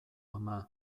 ama